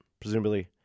presumably